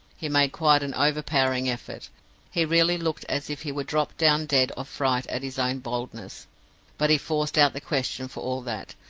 he made quite an overpowering effort he really looked as if he would drop down dead of fright at his own boldness but he forced out the question for all that,